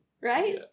right